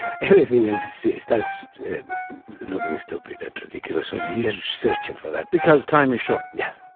everything notices that it's looking stupid at the killer. so he has a system for that because time is short yeah.